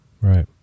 Right